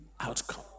outcome